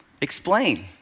Explain